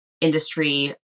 industry